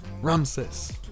Ramses